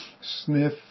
sniff